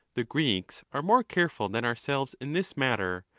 the greeks are more careful than ourselves in this matter,